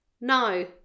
no